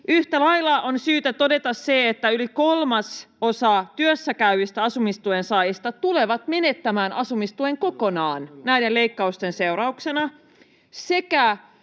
Yhtä lailla on syytä todeta, että yli kolmasosa työssäkäyvistä asumistuen saajista tulee menettämään asumistuen kokonaan näiden leikkausten seurauksena, sekä